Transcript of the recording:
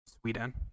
Sweden